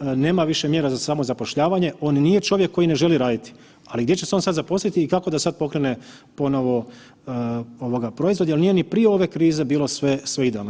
nema više mjera za samozapošljavanje, on nije čovjek koji ne želi raditi, ali gdje će se on sad zaposliti i kako da sad pokrene ovoga proizvod jer nije ni prije ove krize bilo sve idealno.